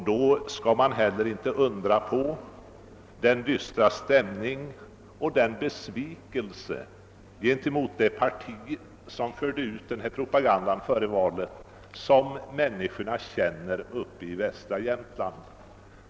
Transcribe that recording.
Då skall man heller inte undra på den dystra stämning som råder och den besvikelse som nu riktar sig mot det parti, som förde ut denna propaganda före valet, även till människorna i västra Jämtland.